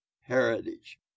heritage